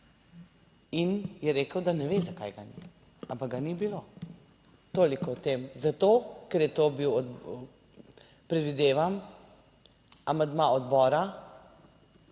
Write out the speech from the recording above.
In je rekel, da ne ve, zakaj ga ni, ampak ga ni bilo. Toliko o tem, zato ker je to bil, predvidevam, amandma odbora,